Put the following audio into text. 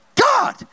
God